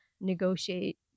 negotiate